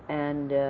and